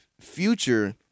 Future